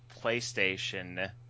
PlayStation